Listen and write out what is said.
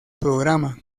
programa